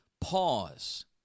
pause